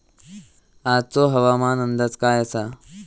आजचो हवामान अंदाज काय आसा?